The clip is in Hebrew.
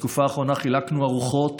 בתקופה האחרונה חילקנו ארוחות